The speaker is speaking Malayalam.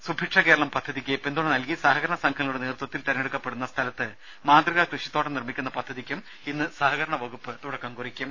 സുഭിക്ഷ കേരളം പദ്ധതിക്ക് പിന്തുണ നൽകി സഹകരണ സംഘങ്ങളുടെ നേതൃത്വത്തിൽ തെരഞ്ഞെടുക്കപ്പെടുന്ന സ്ഥലത്ത് മാതൃക കൃഷിത്തോട്ടം നിർമ്മിക്കുന്ന പദ്ധതിക്കും ഇന്ന് സഹകരണവകുപ്പ് തുടക്കം കുറിക്കും